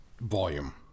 volume